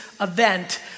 event